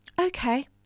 Okay